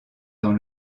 dans